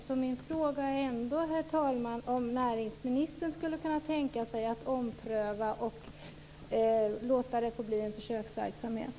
Herr talman! Min fråga är ändå om näringsministern skulle kunna tänka sig att ompröva detta och låta det bli en försöksverksamhet.